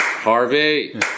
Harvey